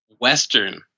western